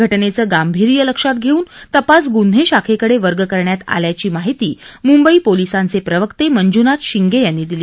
घटनेचं गांभीर्य लक्षात घेऊन तपास गुन्हे शाखेकडे वर्ग करण्यात आल्याची माहिती मुंबई पोलिसांचे प्रवक्ते मंजुनाथ शिंगे यांनी दिली